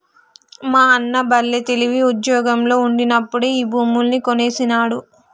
మా అన్న బల్లే తెలివి, ఉజ్జోగంలో ఉండినప్పుడే ఈ భూములన్నీ కొనేసినాడు